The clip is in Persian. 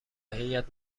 هیات